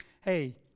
Hey